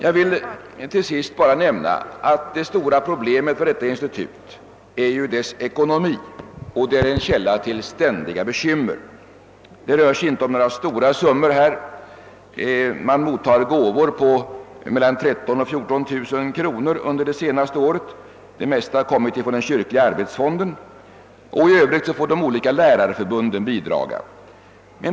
Jag vill till sist nämna att det stora problemet för detta institut är dess ekonomi; den är en källa till ständiga bekymmer. Det rör sig inte om några stora summor: institutet har under det senaste året mottagit gåvor på mellan 13 000 och 14000 kronor. Den största delen härav har kommit från den kyrkliga arbetsfonden och i övrigt får de olika lärarförbunden bidra.